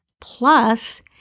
Plus